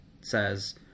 says